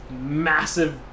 massive